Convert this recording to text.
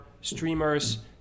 streamers